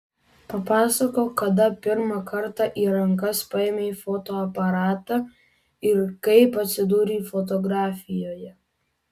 papasakok kada pirmą kartą į rankas paėmei fotoaparatą ir kaip atsidūrei fotografijoje